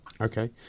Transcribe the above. Okay